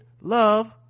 love